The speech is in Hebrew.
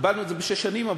הגבלנו את זה לשש שנים,